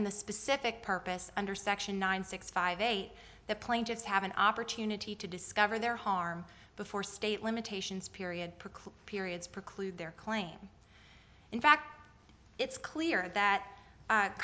and the specific purpose under section nine six five eight the plaintiffs have an opportunity to discover their harm before state limitations period preclude periods preclude their claim in fact it's clear that